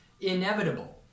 inevitable